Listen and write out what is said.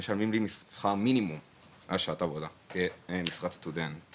שמשלמים לי שכר מינימום על שעת עבודה במשרת סטודנט.